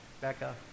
Becca